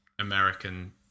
American